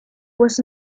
was